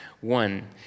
One